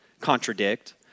contradict